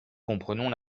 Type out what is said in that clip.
comprenons